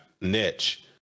niche